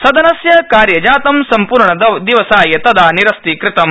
सदनस्य कार्यजातं सम्पूर्णदिवसाय निरस्तीकृतम्